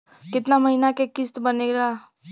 कितना महीना के किस्त बनेगा?